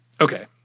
Okay